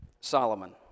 Solomon